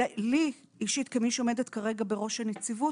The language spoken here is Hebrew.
לי אישית כמי שעומדת כרגע בראש הנציבות,